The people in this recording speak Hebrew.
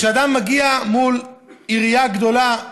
כשאדם מגיע מול עירייה גדולה,